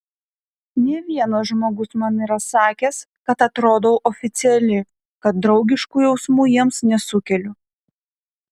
ne vienas žmogus man yra sakęs kad atrodau oficiali kad draugiškų jausmų jiems nesukeliu